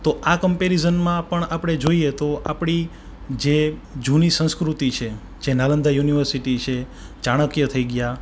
તો આ કંપેરિઝનમાં પણ આપણે જોઈએ તો આપણી જે જૂની સંસ્કૃતિ છે જે નાલંદા યુનિવર્સિટી છે ચાણક્ય થઈ ગયા